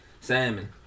salmon